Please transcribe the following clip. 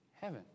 heaven